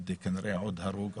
כנראה עוד הרוג,